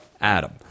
Adam